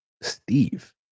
Steve